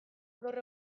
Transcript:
gaur